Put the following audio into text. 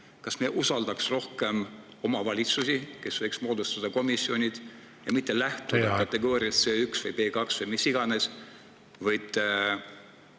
Ehk me usaldaks rohkem omavalitsusi, kes võiks moodustada komisjonid, ja mitte lähtuda kategooriast C1 või B2 või mis iganes.